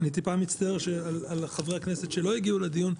אני מצטער על חברי הכנסת שלא הגיעו לדיון.